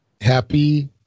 Happy